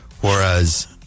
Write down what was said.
whereas